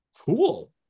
cool